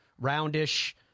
roundish